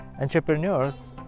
entrepreneurs